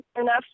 enough